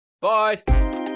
Bye